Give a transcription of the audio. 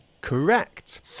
Correct